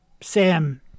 sam